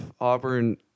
Auburn